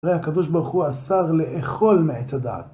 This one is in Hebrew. זה הקדוש ברוך הוא, אסר לאכול מעץ הדעת.